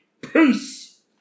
Peace